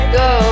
go